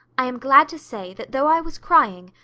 i am glad to say that, though i was crying,